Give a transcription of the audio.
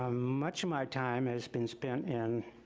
ah much of my time has been spent in,